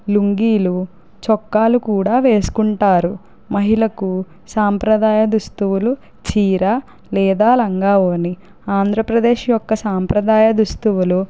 లుంగీలు చొక్కాలు కూడా వేసుకుంటారు మహిళకు సాంప్రదాయ దుస్తులు చీర లేదా లంగా వోణి ఆంధ్రప్రదేశ్ యొక్క సాంప్రదాయ దుస్తులు